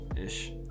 Ish